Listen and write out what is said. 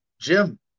Jim